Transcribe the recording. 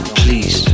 please